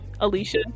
Alicia